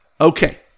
Okay